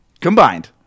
combined